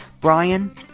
Brian